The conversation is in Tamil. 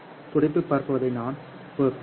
துடிப்பு பரவுவதை நான் 0